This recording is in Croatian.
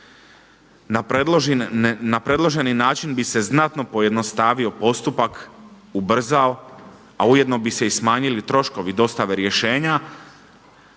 Na predloženi način bi se znatno pojednostavio postupak, ubrzao, a ujedno bi se i smanjili troškovi dostave rješenja,